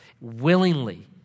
willingly